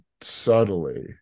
subtly